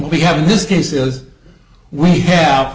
we have in this case is we have